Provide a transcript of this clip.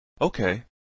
Okay